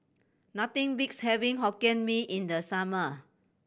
nothing beats having Hokkien Mee in the summer